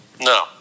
No